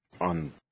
on